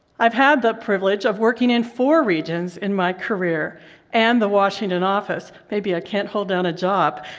i've had the privilege of working in four regions in my career and the washington office. maybe i can't hold down a job.